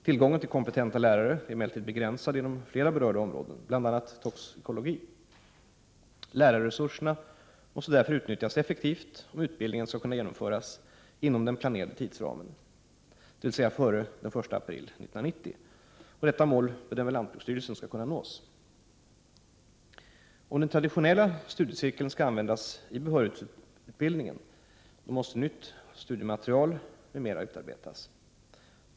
Tillgången till kompetenta lärare är emellertid begränsad inom flera berörda områden, bl.a. toxikologi. Lärarresurserna måste därför utnyttjas effektivt om utbildningen skall kunna genomföras inom den planerade tidsramen, dvs. före den 1 april 1990. Detta mål bedömer lantbruksstyrelsen skall kunna nås. Om den traditionella studiecirkeln skall användas i behörighetsutbildningen måste nytt studiematerial m.m. utarbetas.